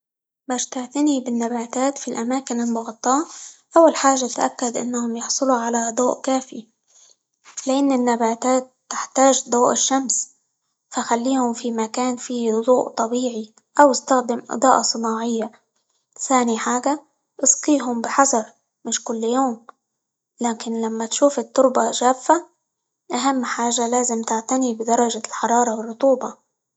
باش تعتني بالنباتات في الأماكن المغطاة، أول حاجة اتأكد إنهم يحصلوا على ضوء كافي؛ لأن النباتات تحتاج ضوء الشمس، فخليهم في مكان فيه ظوء طبيعي، أو استخدم إضاءة صناعية، ثاني حاجة اسقيهم بحذر مش كل يوم، لكن لما تشوف التربة جافة، أهم حاجة لازم تعتني بدرجة الحرارة، والرطوبة.